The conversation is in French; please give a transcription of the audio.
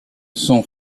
son